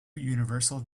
universal